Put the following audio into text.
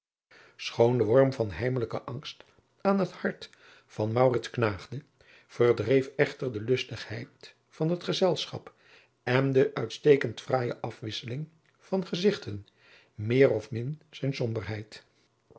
lijnslager de worm van heimelijken angst aan het hart van maurits knaagde verdreef echter de lustigheid van het gezelschap en de uitstekend fraaije afwisseling van gezigten meer of min zijne